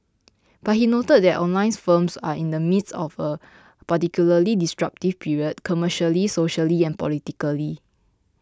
but he noted that the online firms are in the midst of a particularly disruptive period commercially socially and politically